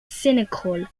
cynical